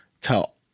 tell